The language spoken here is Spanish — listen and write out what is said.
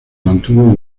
mantuvo